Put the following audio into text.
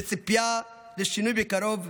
בציפייה לשינוי בקרוב.